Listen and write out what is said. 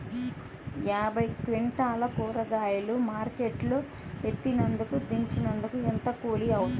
యాభై క్వింటాలు కూరగాయలు మార్కెట్ లో ఎత్తినందుకు, దించినందుకు ఏంత కూలి అవుతుంది?